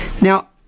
Now